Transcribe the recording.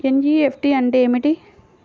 NEFT అంటే ఏమిటి?